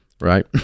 right